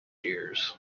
years